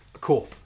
Cool